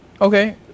Okay